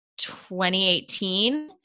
2018